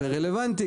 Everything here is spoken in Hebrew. זה רלוונטי,